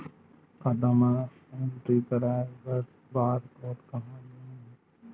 खाता म एंट्री कराय बर बार कोड कहां ले मिलही?